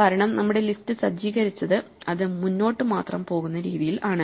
കാരണം നമ്മുടെ ലിസ്റ്റ് സജ്ജീകരിച്ചതു അത് മുന്നോട്ട് മാത്രം പോകുന്ന രീതിയിൽ ആണ്